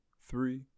three